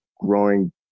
growing